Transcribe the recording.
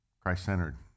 Christ-centered